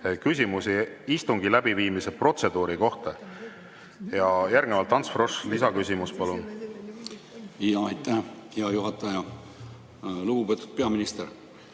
küsimusi istungi läbiviimise protseduuri kohta. Järgnevalt Ants Frosch, lisaküsimus, palun! Aitäh, hea juhataja! Lugupeetud peaminister!